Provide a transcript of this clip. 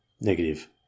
Negative